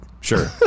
Sure